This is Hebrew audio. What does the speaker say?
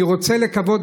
אני רוצה לקוות,